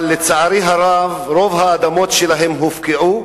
אבל לצערי הרב רוב האדמות שלהם הופקעו,